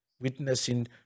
witnessing